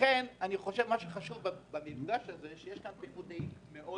מה שחשוב במפגש הזה, שיש כאן ייחודיות מאוד